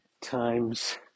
times